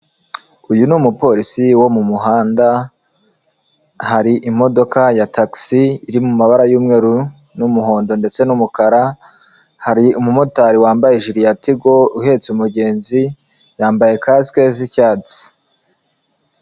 Uyu ni umupolisi wo mu muhanda, hari imodoka ya tagisi iri mu mabara y'umweru n'umuhondo ndetse n'umukara. Hari umumotari wambaye ijiri ya tigo uhetse umugenzi yambaye kasike z'icyatsi.